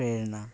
ᱯᱨᱮᱱᱟ ᱴᱩᱰᱩ